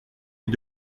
est